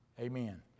Amen